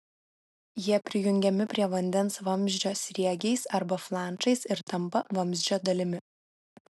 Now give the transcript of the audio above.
jie prijungiami prie vandens vamzdžio sriegiais arba flanšais ir tampa vamzdžio dalimi